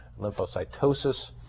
lymphocytosis